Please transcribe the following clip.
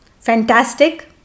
fantastic